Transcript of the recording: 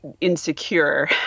insecure